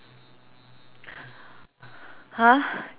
!huh!